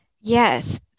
Yes